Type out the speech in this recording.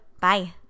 Bye